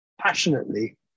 passionately